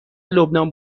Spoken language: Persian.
لبنان